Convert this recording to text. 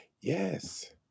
Yes